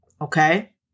okay